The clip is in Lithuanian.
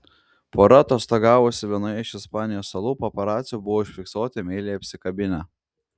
pora atostogavusi vienoje iš ispanijos salų paparacių buvo užfiksuoti meiliai apsikabinę